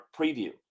preview